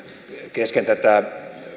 kesken tätä